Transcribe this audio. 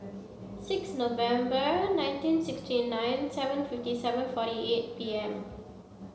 six November nineteen sixty nine seven fifty seven forty eight P M